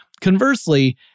Conversely